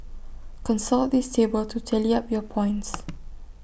consult this table to tally up your points